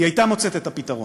היא הייתה מוצאת את הפתרון,